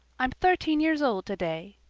i'm thirteen years old today,